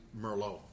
Merlot